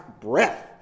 breath